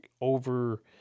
over